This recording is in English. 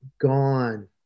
gone